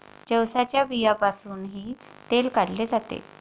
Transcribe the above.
जवसाच्या बियांपासूनही तेल काढले जाते